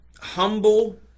humble